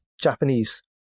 Japanese